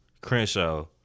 Crenshaw